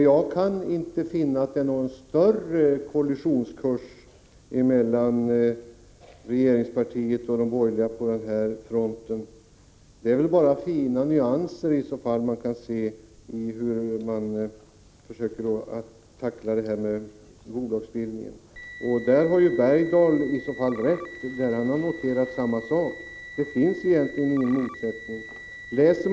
Jag kan inte finna att regeringspartiet å ena sidan och de borgerliga partierna å den andra sidan är på någon större kollisionskurs på den fronten. Vad man möjligen kan skönja är fina nyanser när det gäller sättet att tackla frågan om bolagsbildningen. Hugo Bergdahl har nog rätt. Han har ju också noterat att det här egentligen inte finns några motsättningar.